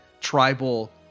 tribal